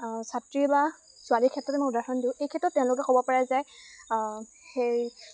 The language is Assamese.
ছাত্ৰী বা ছোৱালীৰ ক্ষেত্ৰতে মই উদাহৰণ দিওঁ এই ক্ষেত্ৰত তেওঁলোকে ক'ব পাৰে যে সেই